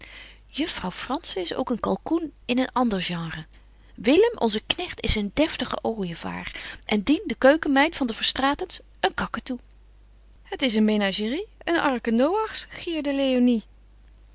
juffrouw frantzen is ook een kalkoen in een ander genre willem onze knecht is een deftige ooievaar en dien de keukenmeid van de verstraetens een kakatoe het is een menagerie een arke noachs gierde léonie